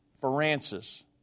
Francis